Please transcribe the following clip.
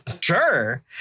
sure